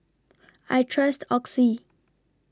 I Trust Oxy